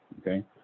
Okay